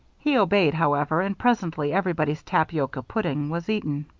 he obeyed, however, and presently everybody's tapioca pudding was eaten.